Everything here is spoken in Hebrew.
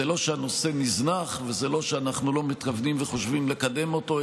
זה לא שהנושא נזנח וזה לא שאנחנו לא מתכוונים וחושבים לקדם אותו,